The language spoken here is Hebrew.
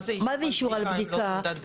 מה זה אישור על בדיקה אם לא תעודה?